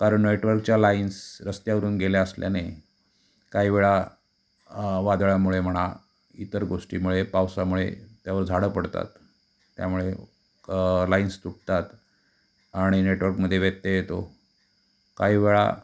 कारण नेटवर्कच्या लाईन्स रस्त्यावरून गेल्या असल्याने काही वेळा वादळामुळे म्हणा इतर गोष्टीमुळे पावसामुळे त्यावर झाडं पडतात त्यामुळे लाईन्स तुटतात आणि नेटवर्कमध्ये व्यत्यय येतो काही वेळा